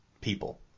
people